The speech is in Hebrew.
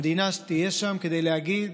המדינה תהיה שם כדי להגיד,